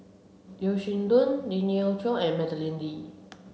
Yeo Shih Yun Lien Ying Chow and Madeleine Lee